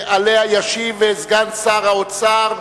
וישיב לה סגן שר האוצר,